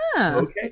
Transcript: okay